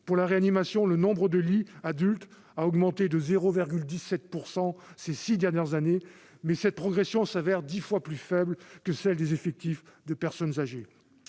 lits de réanimation pour adultes a augmenté de 0,17 % ces six dernières années, cette progression se révèle dix fois plus faible que celle des effectifs de personnes âgées.